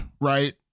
Right